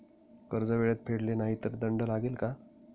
कर्ज वेळेत फेडले नाही तर दंड लागेल का?